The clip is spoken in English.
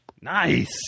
Nice